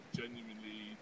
genuinely